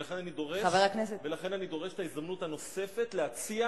לכן אני דורש את ההזדמנות הנוספת להציע